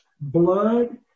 blood